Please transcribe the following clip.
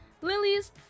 lilies